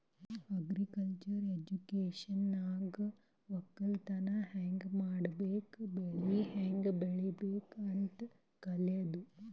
agriculture ಎಜುಕೇಶನ್ದಾಗ್ ವಕ್ಕಲತನ್ ಹ್ಯಾಂಗ್ ಮಾಡ್ಬೇಕ್ ಬೆಳಿ ಹ್ಯಾಂಗ್ ಬೆಳಿಬೇಕ್ ಅಂತ್ ಕಲ್ಯಾದು